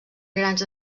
grans